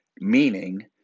meaning